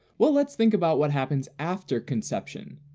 well, let's think about what happens after conception.